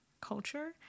culture